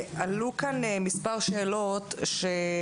אבל שזה כן יירשם לפרוטוקול שזאת משאלת לב בשנת 2022 ובתקווה שבשנת